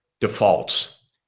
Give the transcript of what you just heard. defaults